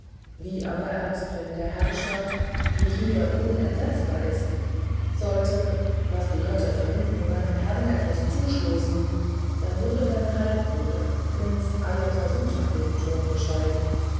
wie aber erst wenn der herrscher wie hier unersetzbar ist sollte was die götter verhüten meinem herrn etwas zustoßen dann würde dein halbbruder prinz ajatasattu den thron besteigen